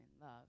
love